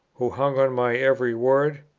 who hung on my every word!